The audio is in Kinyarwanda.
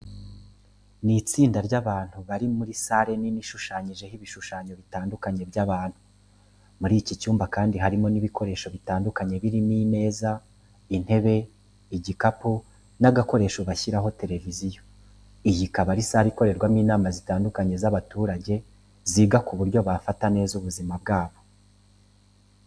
Ni itsinda ry'abantu bari muri sale nini ishushanyijeho ibishushanyo bitandukanye by'abantu. Muri iki cyumba kandi harimo n'ibikoresho bitandukanye birimo imeza, intebe, igikapu n'agakoresho bashyiraho televiziyo. Iyi ikaba ari sale ikorerwamo inama zitandukanye z'abaturage ziga ku buryo bafata neza ubuzima bwabo.